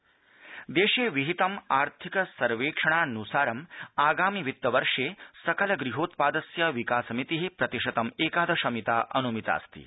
आर्थिक सर्वेक्षणम् देशे विहितम् आर्थिक सर्वेक्षणानुसारम् आगामि वित्तवर्षे सकल गृहोत्पादस्य विकास मितिः प्रतिशतम् एकादशमिता अन्मिता अस्ति